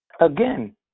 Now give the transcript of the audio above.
Again